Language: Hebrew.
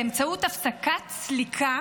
באמצעות הפסקת סליקה,